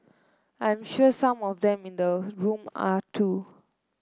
I'm sure some of them in the room are too